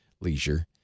leisure